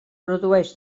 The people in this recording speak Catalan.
produeix